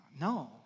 No